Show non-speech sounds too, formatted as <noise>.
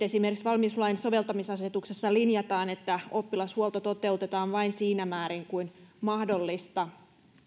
<unintelligible> esimerkiksi valmiuslain soveltamisasetuksessa linjataan että oppilashuolto toteutetaan vain siinä määrin kuin mahdollista